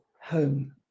home